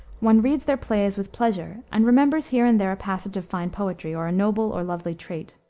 one reads their plays with pleasure and remembers here and there a passage of fine poetry, or a noble or lovely trait.